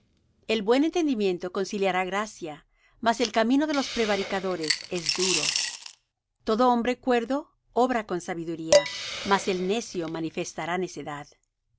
el buen entendimiento conciliará gracia mas el camino de los prevaricadores es duro todo hombre cuerdo obra con sabiduría mas el necio manifestará necedad el